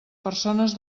persones